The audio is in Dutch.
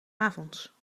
avonds